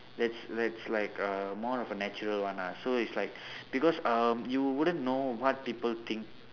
that's that's like a more of a natural one ah so it's like because um you wouldn't know what people think